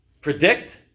Predict